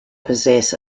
possess